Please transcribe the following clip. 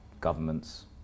governments